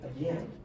again